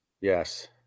Yes